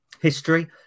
history